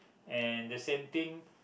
and the same thing